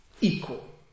equal